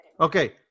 Okay